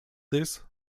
this